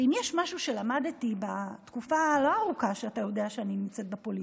אם יש משהו שלמדתי בתקופה הלא-ארוכה שאתה יודע שאני נמצאת בפוליטיקה,